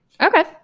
Okay